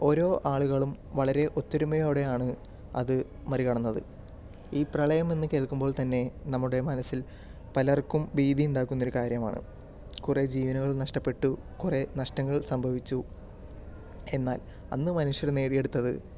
ഓരോ ആളുകളും വളരെ ഒത്തൊരുമയോടെയാണ് അത് മറികടന്നത് ഈ പ്രളയം എന്ന് കേൾക്കുമ്പോൾ തന്നെ നമ്മുടെ മനസ്സിൽ പലർക്കും ഭീതി ഉണ്ടാകുന്ന ഒരു കാര്യമാണ് കുറെ ജീവനുകൾ നഷ്ടപ്പെട്ടു കുറെ നഷ്ടങ്ങൾ സംഭവിച്ചു എന്നാൽ അന്ന് മനുഷ്യർ നേടിയെടുത്തത്